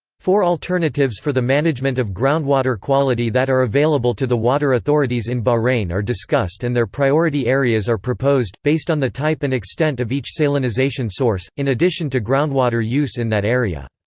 four alternatives for the management of groundwater quality that are available to the water authorities in bahrain are discussed and their priority areas are proposed, based on the type and extent of each salinisation source, in addition to groundwater use in that area.